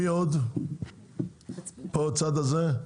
מי עוד בצד הזה?